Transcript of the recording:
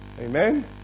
Amen